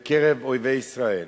בקרב אויבי ישראל.